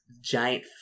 giant